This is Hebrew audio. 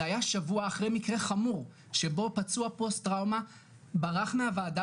זה היה שבוע אחרי מקרה חמור שבו פצוע פוסט טראומה ברח מהוועדה